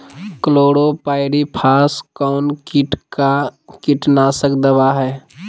Chlorpyrifos कौन किट का कीटनाशक दवा है?